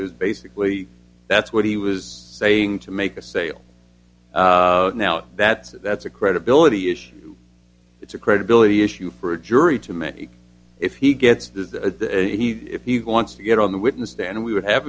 was basically that's what he was saying to make a sale now that's a that's a credibility issue it's a credibility issue for a jury to many if he gets the he if he wants to get on the witness stand we would have